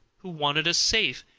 who wanted a safe,